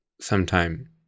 sometime